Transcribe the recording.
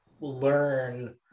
learn